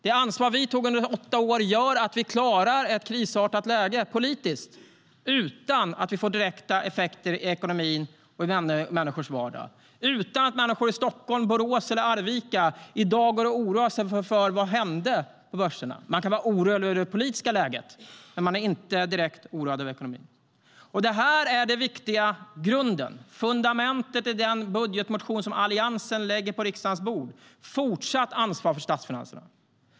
Det ansvar vi tog under åtta år gör att vi klarar ett krisartat läge politiskt utan att det får direkta effekter i ekonomin och i människors vardag, utan att människor i Stockholm, Borås eller Arvika i dag går och oroar sig för vad som händer på börserna. Man kan vara orolig över det politiska läget, men man är inte direkt oroad över ekonomin. Det här är en viktig grund, ett fundament, i den budgetmotion som Alliansen lägger på riksdagens bord: fortsatt ansvar för statsfinanserna.